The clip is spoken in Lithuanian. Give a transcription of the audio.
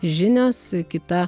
žinios kita